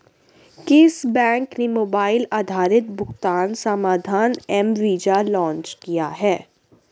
किस बैंक ने मोबाइल आधारित भुगतान समाधान एम वीज़ा लॉन्च किया है?